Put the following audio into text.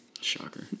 Shocker